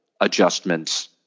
adjustments